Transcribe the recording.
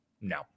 no